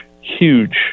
huge